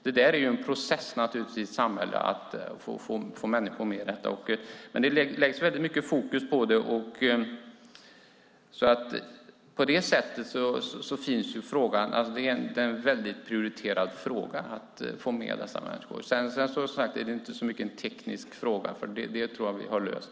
Det är naturligtvis en process i ett samhälle att få människor med i detta, men det läggs väldigt mycket fokus på det, så på det sättet är det en väldigt prioriterad fråga att få med dessa människor. Det är som sagt inte så mycket en teknisk fråga, för det tror jag att vi har löst.